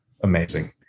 Amazing